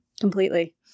Completely